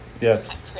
yes